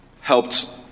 helped